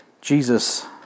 Jesus